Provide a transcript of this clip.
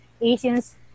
Asians